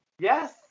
yes